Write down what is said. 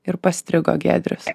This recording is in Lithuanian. ir pastrigo giedrius